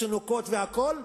צינוקים והכול,